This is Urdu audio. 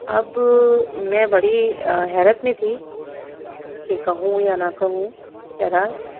اب میں بڑی حیرت میں تھی کہ کہوں یا نہ کہوں بہرحال